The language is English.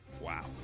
Wow